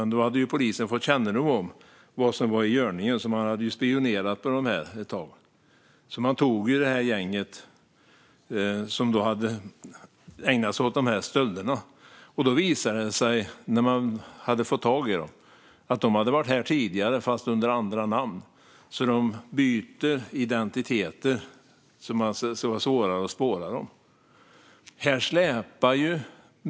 Men polisen hade fått kännedom om vad som var i görningen och hade spionerat ett tag, och de tog det gäng som hade ägnat sig åt stölder. När polisen hade fått tag i dem visade det sig att de hade varit här tidigare fast under andra namn. De byter identiteter så att det ska bli svårare att spåra dem.